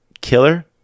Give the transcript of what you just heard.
killer